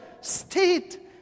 state